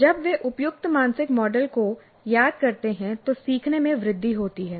जब वे उपयुक्त मानसिक मॉडल को याद करते हैं तो सीखने में वृद्धि होती है